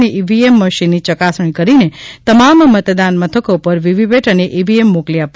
અને ઈવીએમ મશીનની ચકાસણી કરીને તમામ મતદન મથકો પર વીવીપેટ અને ઈવીએમ મોકલી આપવામાં આવ્યા છે